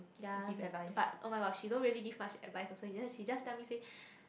yea but oh-my-god she don't really give much advise also just she just tell me say